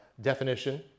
definition